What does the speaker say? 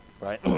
Right